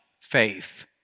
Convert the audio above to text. faith